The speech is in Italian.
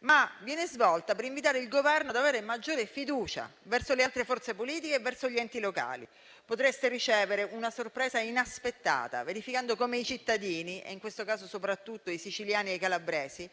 ma viene svolta per invitare il Governo ad avere maggiore fiducia verso le altre forze politiche e verso gli enti locali. Potreste ricevere una sorpresa inaspettata, verificando come i cittadini (in questo caso soprattutto i siciliani e i calabresi)